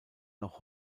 noch